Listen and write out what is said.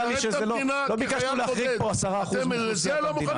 לא ביקשנו להחריג פה 10% מהאוכלוסייה.